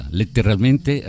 letteralmente